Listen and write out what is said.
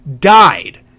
died